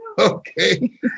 Okay